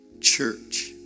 church